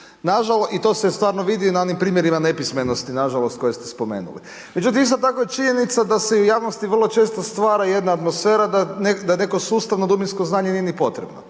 dubinsko. I to se stvarno vidi na onim primjerima nepismenosti, nažalost, koje ste spomenuli. Međutim, isto tako je činjenica, da se u javnosti vrlo često stvara jedna atmosfera, da je neko sustavno, dubinsko znanje nije ni potrebno,